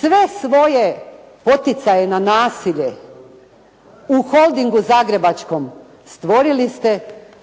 sve svoje poticaje na nasilje u Holdingu zagrebačkom stvorili ste